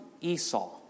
Esau